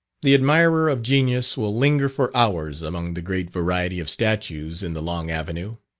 the admirer of genius will linger for hours among the great variety of statues in the long avenue.